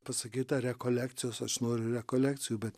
pasakyta rekolekcijos aš noriu rekolekcijų bet